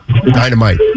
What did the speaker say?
Dynamite